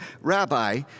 Rabbi